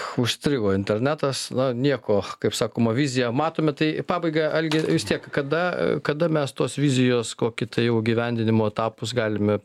užstrigo internetas na nieko kaip sakoma viziją matome tai pabaigą algi vis tiek kada kada mes tos vizijos kokį tai jau įgyvendinimo etapus galime